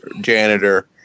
janitor